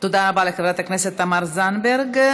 תודה רבה לחברת הכנסת תמר זנדברג.